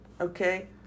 okay